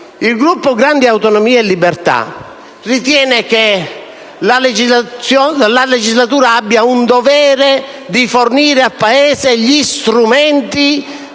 il Gruppo Grandi Autonomie e Libertà ritiene che la legislatura abbia il dovere di fornire al Paese gli strumenti